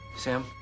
Sam